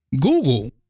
Google